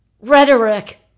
rhetoric